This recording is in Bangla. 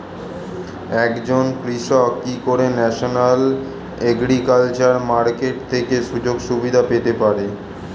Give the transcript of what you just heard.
একজন কৃষক কি করে ন্যাশনাল এগ্রিকালচার মার্কেট থেকে সুযোগ সুবিধা পেতে পারে?